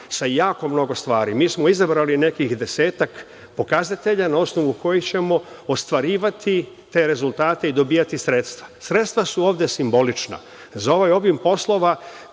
sa jako mnogo stvari. Mi smo izabrali nekih desetak pokazatelja na osnovu kojih ćemo ostvarivati te rezultate i dobijati sredstva. sredstva su ovde simbolična. Za ovaj obim poslova